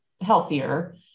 healthier